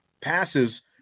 passes